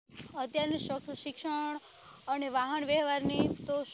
અત્યારની શિક્ષણ અને વાહન વ્યવહારની તો